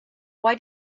why